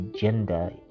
gender